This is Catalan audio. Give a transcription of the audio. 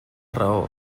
raó